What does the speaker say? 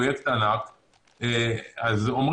אני אומר שצריך להפריד בין פתרונות מידיים.